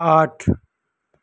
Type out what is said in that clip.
आठ